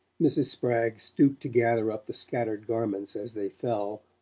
mrs. spragg stooped to gather up the scattered garments as they fell,